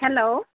hello